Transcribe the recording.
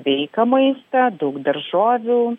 sveiką maistą daug daržovių